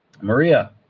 Maria